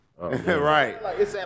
right